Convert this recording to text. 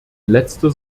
letzter